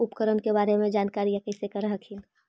उपकरण के बारे जानकारीया कैसे कर हखिन?